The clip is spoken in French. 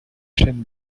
chaînes